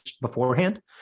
beforehand